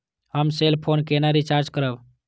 हम cell phone केना recharge करब?